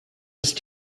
ist